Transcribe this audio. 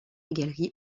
galerie